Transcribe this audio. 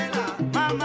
Mama